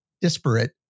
disparate